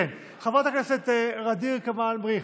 חברת הכנסת ע'דיר כמאל מריח,